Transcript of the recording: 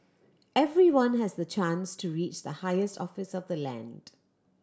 everyone has the chance to reach the highest office of the land